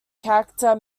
character